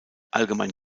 allgemein